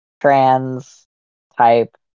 Trans-type